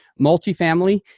multifamily